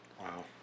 Wow